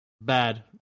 Bad